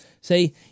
say